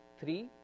three